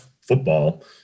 football